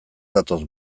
datoz